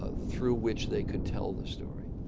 ah through which they could tell the story.